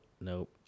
nope